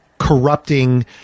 corrupting